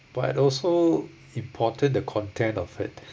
but also important the content of it